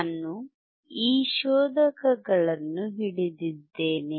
ನಾನು ಈ ಶೋಧಕಗಳನ್ನು ಹಿಡಿದಿದ್ದೇನೆ